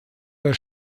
der